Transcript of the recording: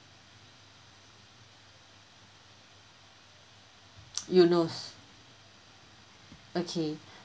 eunos okay